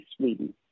Sweden